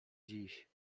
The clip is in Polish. dziś